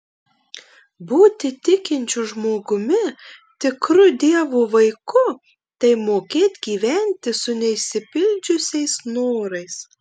būti tikinčiu žmogumi tikru dievo vaiku tai mokėt gyventi su neišsipildžiusiais norais